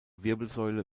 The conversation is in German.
wirbelsäule